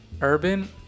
Urban